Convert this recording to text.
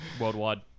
worldwide